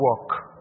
walk